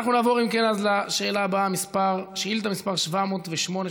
נעבור לשאילתה מס' 708,